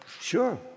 sure